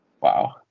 Wow